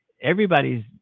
everybody's